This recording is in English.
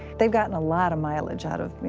they've gotten a lot of mileage out of, you